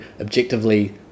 objectively